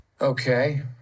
Okay